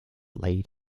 laid